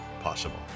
possible